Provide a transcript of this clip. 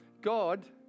god